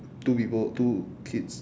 two people two kids